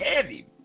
heavy